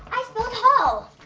i spelled hall!